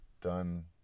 done